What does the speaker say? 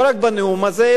לא רק בנאום הזה,